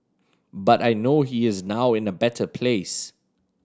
but I know he is now in a better place